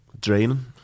draining